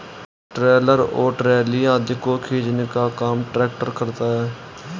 trailer और trolley आदि को खींचने का काम ट्रेक्टर करता है